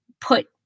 put